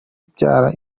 bibyara